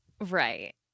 right